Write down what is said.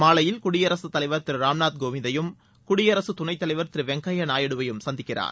மாலையில் குடியரசுத் தலைவர் திரு ராம்நாத் கோவிந்தையும் குடியரசு துணைத்தலைவர் திரு வெங்கைய நாயுடுவையும் சந்திக்கிறார்